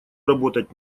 работать